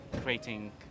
creating